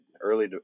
early